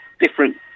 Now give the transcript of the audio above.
different